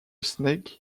snake